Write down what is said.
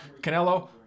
Canelo